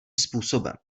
způsobem